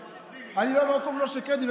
אנחנו לא מהמקום של קרדיט.